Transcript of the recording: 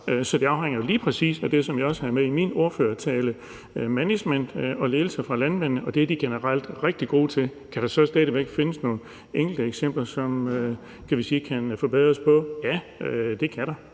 Så det afhænger jo lige præcis af det, som jeg også havde med i min ordførertale, nemlig management og ledelse fra landmændene, og det er de generelt rigtig gode til. Kan der så stadig væk findes nogle enkelte eksempler, som der, kan vi sige, kan forbedres på? Ja, det kan der,